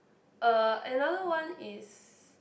uh another one is